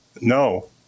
No